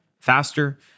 faster